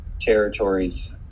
territories